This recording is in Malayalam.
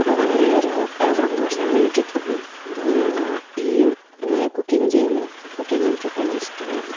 അപ്പോൾ വളരെ ഒരു സന്തോഷാണെനിക്കെപ്പഴും ഈ കുക്കിങ്ങ് ചെയ്യുമ്പോൾ കുക്കിങ്ങ് എനിക്കെപ്പോഴും ഇഷ്ടമാണ്